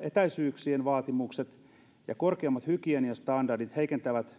etäisyyksien vaatimukset ja korkeammat hygieniastandardit heikentävät